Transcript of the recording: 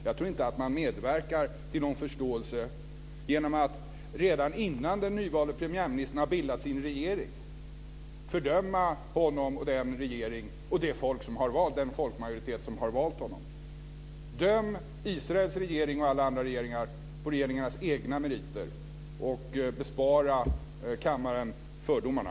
Jag tror inte att man medverkar till någon förståelse genom att redan innan den nyvalde premiärministern har bildat sin regering fördöma honom, hans regering och den folkmajoritet som har valt honom. Döm Israels regering och alla andra regeringar på regeringarnas egna meriter och bespara kammaren fördomarna!